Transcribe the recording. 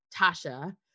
Tasha